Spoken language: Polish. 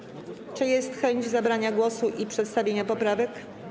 Czy jest chęć zabrania głosu i przedstawienia poprawek?